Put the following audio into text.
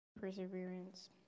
perseverance